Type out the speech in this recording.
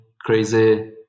crazy